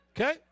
okay